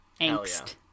Angst